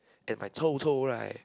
and I chow chow right